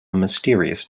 mysterious